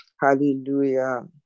hallelujah